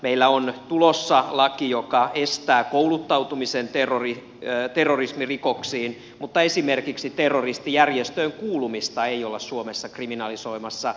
meillä on tulossa laki joka estää kouluttautumisen terrorismirikoksiin mutta esimerkiksi terroristijärjestöön kuulumista ei olla suomessa kriminalisoimassa